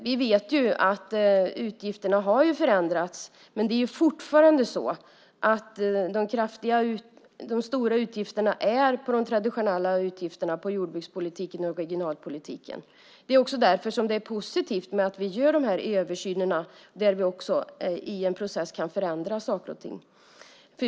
Vi vet att utgifterna har förändrats, men det är fortfarande så att de stora utgifterna är på de traditionella områdena: jordbruks och regionalpolitiken. Det är också därför som det är positivt att vi gör dessa översyner där vi också i en process kan förändra saker och ting.